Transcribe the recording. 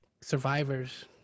survivors